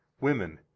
women